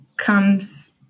comes